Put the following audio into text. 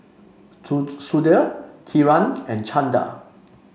Sudhir Kiran and Chanda